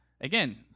Again